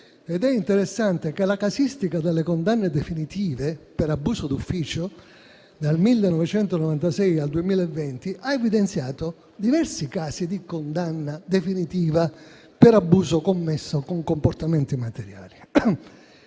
È interessante notare che la casistica delle condanne definitive per abuso d'ufficio, dal 1996 al 2020, ha evidenziato diversi casi di condanna definitiva per abuso commesso con comportamenti materiali.